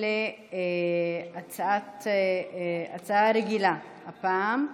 נעבור להצעה רגילה, הפעם,